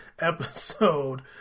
episode